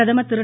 பிரதம் திரு